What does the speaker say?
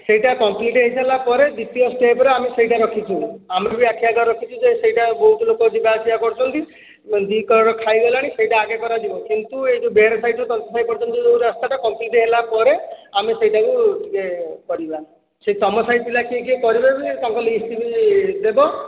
ସେହିଟା କମ୍ପ୍ଲୀଟ ହୋଇ ସାରିଲା ପରେ ଦ୍ଵିତୀୟ ଷ୍ଟେପ ରେ ଆମେ ସେହିଟା ରଖିଛୁ ଆମେ ବି ଆଖି ଆଗରେ ରଖିଛୁ ଯେ ସେହିଟା ବହୁତ ଲୋକ ଯିବା ଆସିବା କରୁଛନ୍ତି ଦୁଇ କର ଖାଇଗଲାଣି ସେହିଟା ଆଗେ କରାଯିବ କିନ୍ତୁ ଏହି ଯେଉଁ ବେହେରା ସାହି ରୁ ତନ୍ତୀ ସାହି ପର୍ଯ୍ୟନ୍ତ ଯେଉଁ ରାସ୍ତା ଟା କମ୍ପ୍ଲୀଟ ହେଲା ପରେ ଆମେ ସେହିଟା କୁ ଟିକେ କରିବା ସେହି ତମ ସାହି ପିଲା କିଏ କିଏ କରିବେ ବି ତାଙ୍କ ଲିଷ୍ଟ ବି ଦେବ